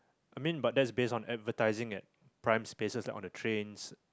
I mean but that's based on advertising at prime spaces like on the trains